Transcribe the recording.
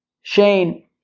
Shane